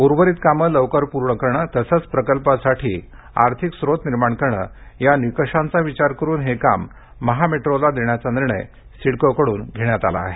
उर्वरीत कामे लवकर पूर्ण करणे तसेच प्रकल्पासाठी आर्थिक स्रोत निर्माण करणे या निकषांचा विचार करून हे काम महामेट्रोला देण्याचा निर्णय सिडकोकडून घेण्यात आला आहे